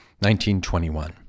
1921